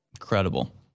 Incredible